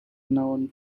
known